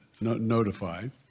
notified